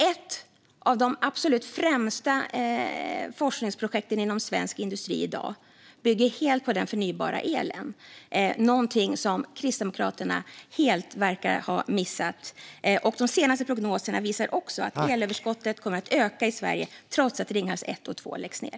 Ett av de absolut främsta forskningsprojekten inom svensk industri i dag bygger alltså helt på den förnybara elen. Det är någonting som Kristdemokraterna helt verkar ha missat. De senaste prognoserna visar också att elöverskottet kommer att öka i Sverige trots att Ringhals 1 och 2 läggs ned.